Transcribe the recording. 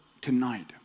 tonight